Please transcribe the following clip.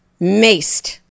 Maced